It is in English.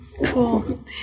Cool